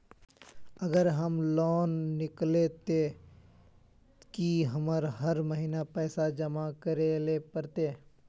अगर हम लोन किनले ते की हमरा हर महीना पैसा जमा करे ले पड़ते?